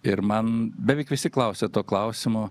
ir man beveik visi klausia to klausimo